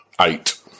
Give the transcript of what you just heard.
eight